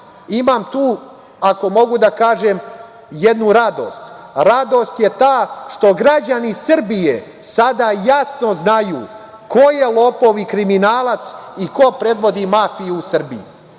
imam tu, ako mogu da kažem, jednu radost, radost je ta što građani Srbije sada jasno znaju ko je lopov i kriminalac i ko predvodi mafiju u Srbiju,